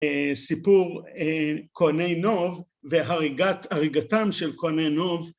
סיפור כהני נוב, והריגתם של כהני נוב.